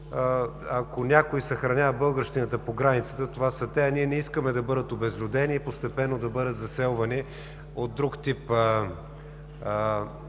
ако някой съхранява българщината по границата, това са те, а ние не искаме да бъдат обезлюдени и постепенно да бъдат заселвани от друг тип граждани